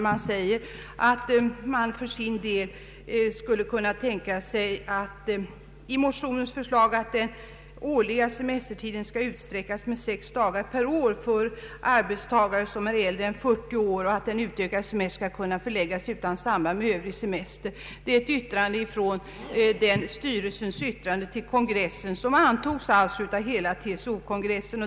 I en motion till TCO:s kongress föreslogs att den årliga semestertiden skall utsträckas med sex dagar per år för arbetstagare som är äldre än 40 år och att den utökade semestern skall kunna förläggas utan samband med övrig semester. TCO-styrelsens yttrande till kongressen antogs av hela TCO-kongressen.